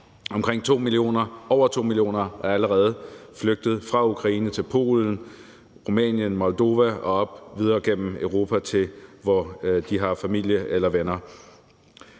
Over 2 millioner er allerede flygtet fra Ukraine til Polen, Rumænien, Moldova og videre op gennem Europa til, hvor de har familie eller venner.